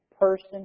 person